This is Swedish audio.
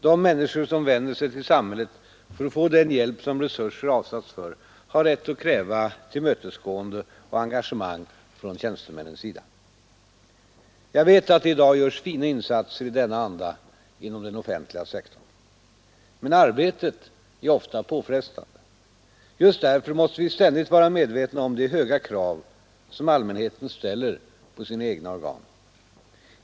De människor som vänder sig till samhället för att få den hjälp som resurser avsatts för har rätt att kräva tillmötesgående och engagemang från tjänstemannens sida. Jag vet att det i dag görs fina insatser i denna anda inom den offentliga sektorn. Men arbetet är ofta påfrestande. Just därför måste vi ständigt vara medvetna om de höga krav som allmänheten ställer på sina egna organ.